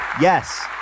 Yes